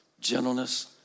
gentleness